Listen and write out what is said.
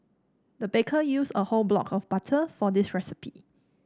the baker used a whole block of butter for this recipe